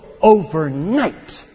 overnight